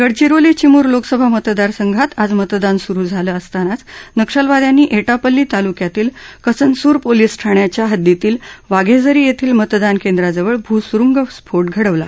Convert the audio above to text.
गडचिरोली विमूर लोकसभा मतदारसंघात आज मतदान सुरू झालं असतानाच नक्षलवाद्यांनी एटापल्ली तालुक्यातील कसनसूर पोलिस ठाण्याच्या हद्दीतील वाघद्धीी यधीील मतदान केंद्राजवळ भूसुरुंग स्फोट घडवला